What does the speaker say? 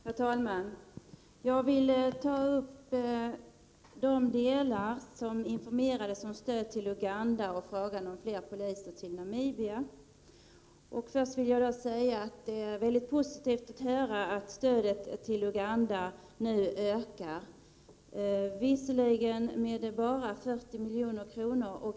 Herr talman! Jag vill ta upp de delar i informationen som handlar om stöd till Uganda och flera poliser till Namibia. Det är mycket positivt att höra att stödet till Uganda nu ökar — visserligen bara med 40 milj.kr.